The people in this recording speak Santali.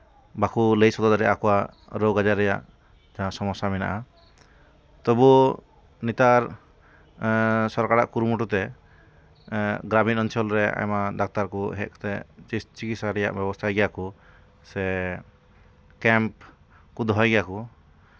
ᱵᱟᱠᱚ ᱞᱟᱹᱭ ᱥᱚᱫᱚᱨ ᱫᱟᱲᱮᱭᱟᱜ ᱟᱠᱚᱣᱟᱜ ᱨᱳᱜᱽ ᱟᱡᱟᱨ ᱨᱮᱭᱟᱜ ᱡᱟᱦᱟᱸ ᱥᱚᱢᱚᱥᱥᱟ ᱢᱮᱱᱟᱜᱼᱟ ᱛᱚᱵᱩᱳ ᱱᱮᱛᱟᱨ ᱥᱚᱨᱠᱟᱨᱟᱜ ᱠᱩᱨᱩᱢᱩᱴᱩ ᱛᱮ ᱜᱨᱟᱢᱤᱱ ᱚᱧᱪᱚᱞ ᱨᱮ ᱟᱭᱢᱟ ᱰᱟᱠᱛᱟᱨ ᱠᱚ ᱦᱮᱡ ᱠᱟᱛᱮᱫ ᱪᱤᱠᱤᱛᱥᱟ ᱨᱮᱭᱟᱜ ᱵᱮᱵᱚᱥᱛᱷᱟᱭ ᱜᱮᱭᱟ ᱠᱚ ᱥᱮ ᱠᱮᱢᱯ ᱠᱚ ᱫᱚᱦᱚᱭ ᱜᱮᱭᱟ ᱠᱚ